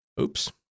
Oops